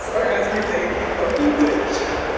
or as we say cotija cheese.